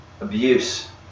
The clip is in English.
Abuse